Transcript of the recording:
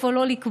איפה לא לקבור,